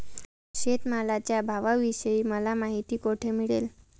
शेतमालाच्या भावाविषयी मला माहिती कोठे मिळेल?